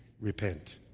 Repent